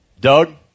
doug